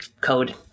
code